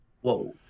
whoa